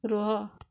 ରୁହ